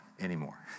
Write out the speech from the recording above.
anymore